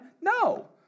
No